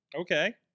Okay